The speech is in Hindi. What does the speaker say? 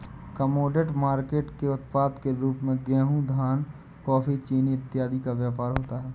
कमोडिटी मार्केट के उत्पाद के रूप में गेहूं धान कॉफी चीनी इत्यादि का व्यापार होता है